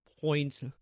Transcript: points